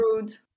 rude